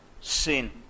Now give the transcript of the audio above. sin